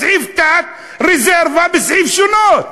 שיש לך בתת-סעיף רזרבה בסעיף "שונות".